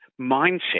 mindset